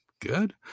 good